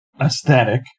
aesthetic